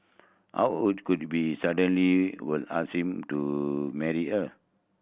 our hold could be suddenly will ask him to marry her